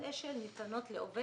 הוצאות אש"ל ניתנות לעובד